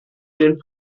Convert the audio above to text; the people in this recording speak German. den